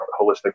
holistic